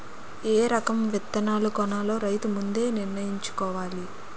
ఏ రకం విత్తనాలు కొనాలో రైతు ముందే నిర్ణయించుకోవాల